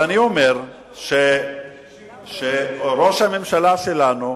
אני אומר שראש הממשלה שלנו,